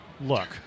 Look